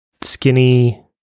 skinny